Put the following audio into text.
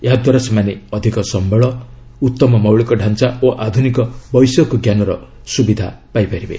ଏହା ଦ୍ୱାରା ସେମାନେ ଅଧିକ ସମ୍ଭଳ ଉତ୍ତମ ମୌଳିକ ଢ଼ାଞ୍ଚା ଓ ଆଧୁନିକ ବୈଷୟିକ ଜ୍ଞାନର ସୁବିଧା ପାଇପାରିବେ